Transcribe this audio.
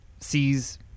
sees